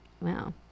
Wow